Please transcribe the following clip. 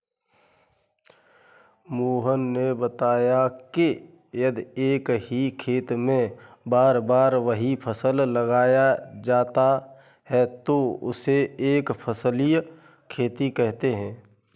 मोहन ने बताया कि यदि एक ही खेत में बार बार वही फसल लगाया जाता है तो उसे एक फसलीय खेती कहते हैं